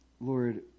Lord